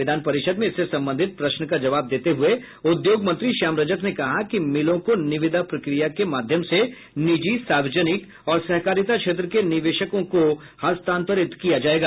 विधान परिषद में इससे संबंधित प्रश्न का जवाब देते हुए उद्योग मंत्री श्याम रजक ने कहा कि मिलों को निविदा प्रक्रिया के माध्यम से निजी सार्वजनिक और सहकारिता क्षेत्र के निवेशकों को हस्तांतरित किया जायेगा